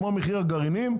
כמו מחיר הגרעינים,